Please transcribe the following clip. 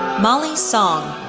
molly song.